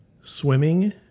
swimming